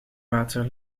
water